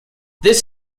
this